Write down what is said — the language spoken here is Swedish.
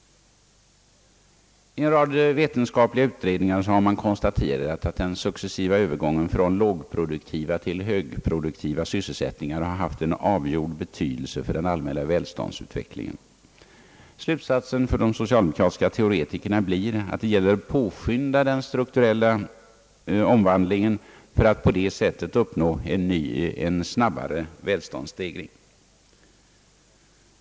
I en rad vetenskapliga utredningar har man konstaterat att den successiva övergången från lågproduktiva till högproduktiva sysselsättningar har haft en avgjord betydelse för den allmänna välståndsutvecklingen. Slutsatsen för de socialdemokratiska teoretikerna blir att det gäller att påskynda den strukturella omvandlingen för att på det sättet uppnå en snabbare välståndsstegring.